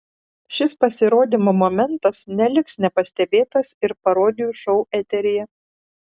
šis pasirodymo momentas neliks nepastebėtas ir parodijų šou eteryje